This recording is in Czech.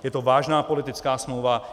Je to vážná politická smlouva.